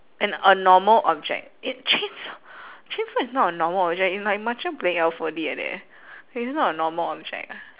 and a normal object a chainsaw chainsaw is not a normal object it's like macam like that eh it's not a normal object ah